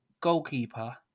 goalkeeper